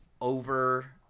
over